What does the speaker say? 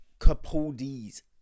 Capaldi's